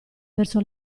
verso